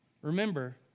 Remember